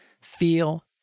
feel